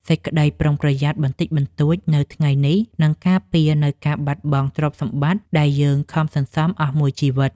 សេចក្តីប្រុងប្រយ័ត្នបន្តិចបន្តួចនៅថ្ងៃនេះនឹងការពារនូវការបាត់បង់ទ្រព្យសម្បត្តិដែលយើងខំសន្សំអស់មួយជីវិត។